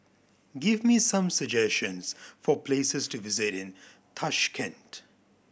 give me some suggestions for places to visit in Tashkent